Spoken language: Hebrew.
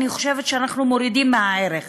אני חושבת שאנחנו מורידים מהערך